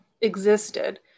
existed